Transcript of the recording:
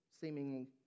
seemingly